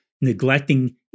neglecting